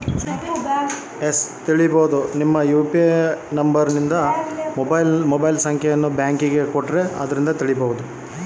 UPI ನಿಂದ ನನ್ನ ಬೇರೆ ಬೇರೆ ಬ್ಯಾಂಕ್ ಅಕೌಂಟ್ ವಿವರ ತಿಳೇಬೋದ?